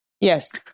Yes